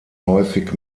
häufig